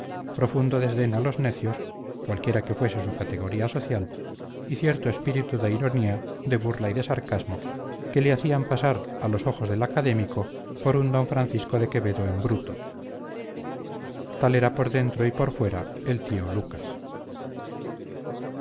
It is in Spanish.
profundo desdén a los necios cualquiera que fuese su categoría social y cierto espíritu de ironía de burla y de sarcasmo que le hacían pasar a los ojos del académico por un don francisco de quevedo en bruto tal era por dentro y por fuera el tío lucas